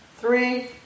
three